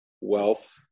wealth